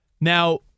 Now